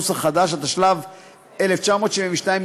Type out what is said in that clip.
התשל"ב 1972,